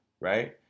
right